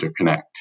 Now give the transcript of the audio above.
interconnect